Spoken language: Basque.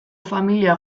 familia